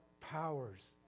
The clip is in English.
powers